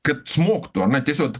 kad smogtų ar ne tiesa vat